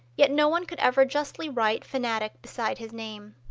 yet no one could ever justly write fanatic beside his name.